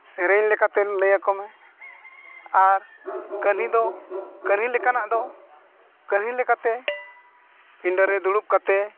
ᱥᱮᱨᱮᱧ ᱞᱮᱠᱟᱛᱮ ᱞᱟᱹᱭᱟᱠᱚ ᱢᱮ ᱟᱨ ᱠᱟᱹᱦᱱᱤ ᱫᱚ ᱠᱟᱹᱦᱱᱤ ᱞᱮᱠᱟᱱᱟᱜ ᱫᱚ ᱠᱟᱹᱦᱱᱤ ᱞᱮᱠᱟᱛᱮ ᱯᱤᱸᱰᱟᱹ ᱨᱮ ᱫᱩᱲᱩᱵ ᱠᱟᱛᱮᱫ